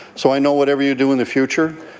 so, i know whatever you do in the future,